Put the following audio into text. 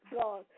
God